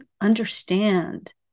understand